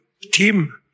team